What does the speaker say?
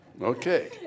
Okay